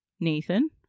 Nathan